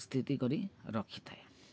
ସ୍ଥିତି କରି ରଖିଥାଏ